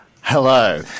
Hello